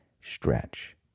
stretch